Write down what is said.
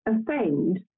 offend